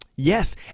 Yes